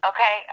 Okay